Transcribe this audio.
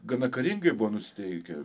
gana karingai buvo nusiteikę